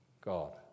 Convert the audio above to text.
God